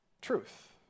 truth